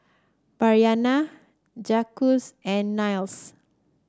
Bryana Jacques and Niles